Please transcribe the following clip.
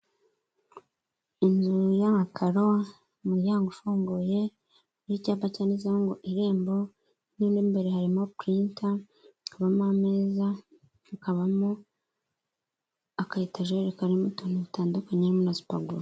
Inzu y'amakaro, umuryango ufunguye n'icyapa cyanditseho ngo irembo mo imbere harimo purinta, hakabamo ameza, hakabamo aka etajeri karimo utuntu dutandukanye harimo na supaguru.